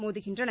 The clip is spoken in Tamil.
மோதுகின்றன